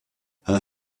her